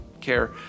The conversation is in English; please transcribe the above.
care